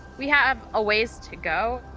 we have a ways to go,